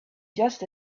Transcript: just